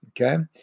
Okay